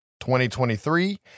2023